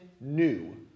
new